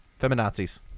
Feminazis